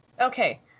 Okay